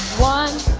one,